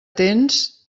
tens